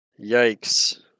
Yikes